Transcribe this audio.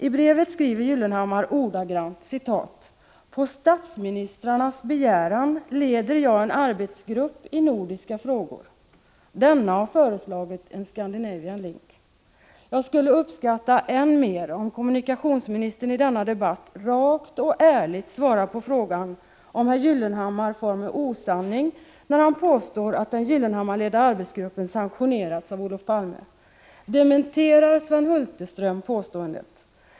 I brevet skriver Gyllenhammar ordagrant: ”På statsministrarnas begäran leder jag en arbetsgrupp i nordiska frågor. Denna har föreslagit en ”Scandinavian Link”.” Jag skulle uppskatta än mer om kommunikationsministern i denna debatt rakt och ärligt svarar på frågan om herr Gyllenhammar far med osanning när han påstår att den Gyllenhammarledda arbetsgruppen sanktionerats av Olof Palme. Dementerar Sven Hulterström påståendet?